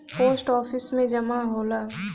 post office में जमा होला